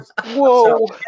Whoa